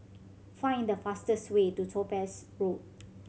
find the fastest way to Topaz Road